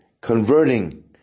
converting